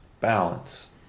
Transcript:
balance